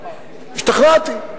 השתכנעתי.